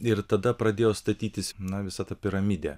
ir tada pradėjo statytis na visa ta piramidė